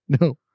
No